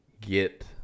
get